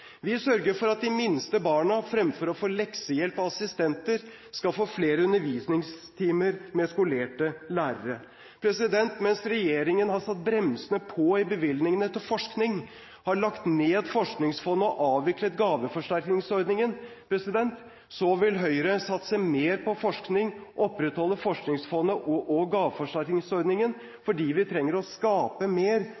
Vi sørger for at de minste barna fremfor å få leksehjelp av assistenter, skal få flere undervisningstimer med skolerte lærere. Mens regjeringen har satt bremsene på i bevilgningene til forskning, har lagt ned forskningsfondet og avviklet gaveforsterkningsordningen, vil Høyre satse mer på forskning, opprettholde forskningsfondet og